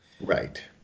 Right